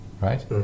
right